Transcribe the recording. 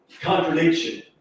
Contradiction